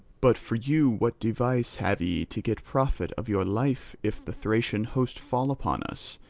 but for you what device have ye to get profit of your life if the thracian host fall upon us,